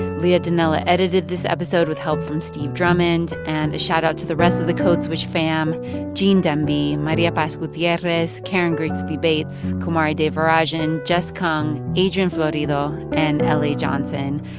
leah donnella edited this episode, with help from steve drummond. and a shoutout to the rest of the code switch fam gene demby, maria paz gutierrez, karen grigsby bates, kumari devarajan, jess kung, adrian florido and ah la johnson.